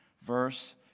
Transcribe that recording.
Verse